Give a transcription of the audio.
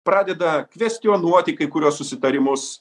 pradeda kvestionuoti kai kuriuos susitarimus